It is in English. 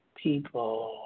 people